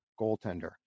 goaltender